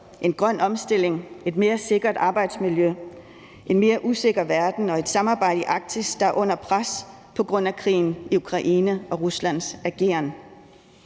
en grøn omstilling; et mere sikkert arbejdsmiljø; en mere usikker verden og et samarbejde i Arktis, der er under pres på grund af krigen i Ukraine og Ruslands ageren.